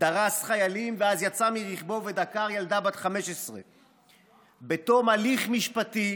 דרס חיילים ואז יצא מרכבו ודקר ילדה בת 15. בתום הליך משפטי